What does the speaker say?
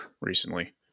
recently